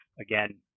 again